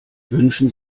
wünschen